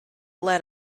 let